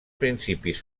principis